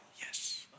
yes